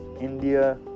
India